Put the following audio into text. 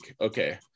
okay